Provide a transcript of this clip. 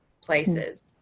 places